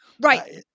right